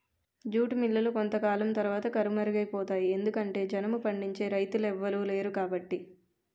jute మిల్లులు కొంతకాలం తరవాత కనుమరుగైపోతాయి ఎందుకంటె జనుము పండించే రైతులెవలు లేరుకాబట్టి